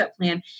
plan